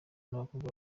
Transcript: n’abakobwa